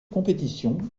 compétition